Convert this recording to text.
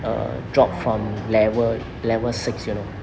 err drop from level level six you know